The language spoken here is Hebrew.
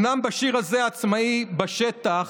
אומנם בשיר הזה עצמאי בשטח,